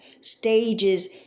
stages